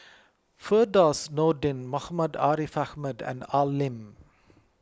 Firdaus Nordin Muhammad Ariff Ahmad and Al Lim